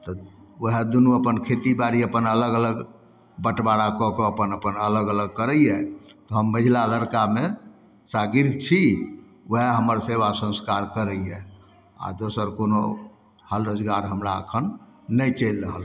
तऽ वएह दुन्नू अपन खेतीबाड़ी अपन अलग अलग बँटवारा कऽ कऽ अपन अपन अलग करैए हम मझिला लड़कामे शागिर्द छी वएह हमर सेवा संस्कार करैए आओर दोसर कोनो हाल रोजगार हमरा एखन नहि चलि रहल